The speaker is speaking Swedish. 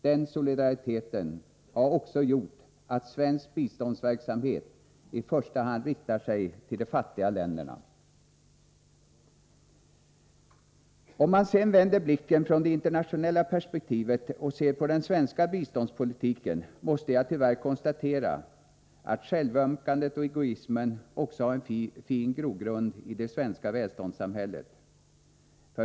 Den solidariteten har också gjort att svensk biståndsverksamhet i första hand riktar sig till de fattiga länderna. Om man sedan vänder blicken från det internationella perspektivet och ser på den svenska biståndspolitiken, måste man tyvärr konstatera att självömkandet och egoismen också har en fin grogrund i det svenska välståndssamhället.